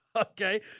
Okay